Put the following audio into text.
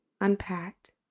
unpacked